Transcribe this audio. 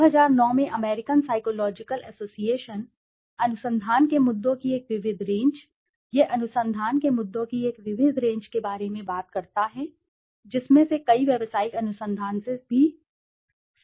2009 में American Psychological Association अनुसंधान के मुद्दों की एक विविध रेंज यह अनुसंधान के मुद्दों की एक विविध रेंज के बारे में बात करता है जिनमें से कई व्यावसायिक अनुसंधान से भी संबंधित हैं